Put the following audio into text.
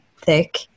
thick